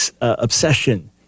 obsession